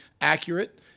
accurate